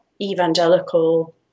evangelical